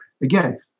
again